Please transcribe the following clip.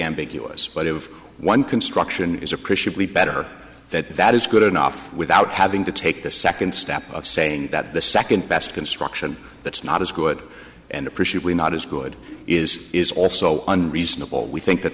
ambiguous but if one construction is appreciably better that that is good enough without having to take the second step of saying that the second best construction that's not as good and appreciate we not as good is is also on reasonable we think that